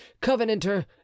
covenanter